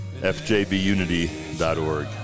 fjbunity.org